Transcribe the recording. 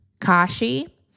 Kashi